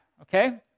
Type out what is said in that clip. okay